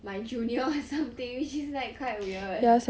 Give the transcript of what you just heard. my junior or something which is like quite weird